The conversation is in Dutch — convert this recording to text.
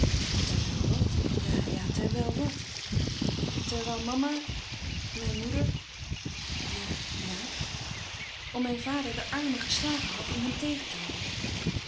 terwijl wat ja-ja terwijl wat terwijl mama mijn moeder ja-ja om mijn vader de armen geslagen had om hem tegen te houden